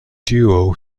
duo